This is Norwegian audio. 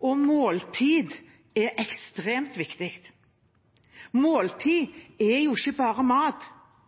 og måltid er ekstremt viktig. Måltid er jo ikke bare mat.